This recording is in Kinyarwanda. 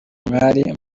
mwari